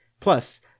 Plus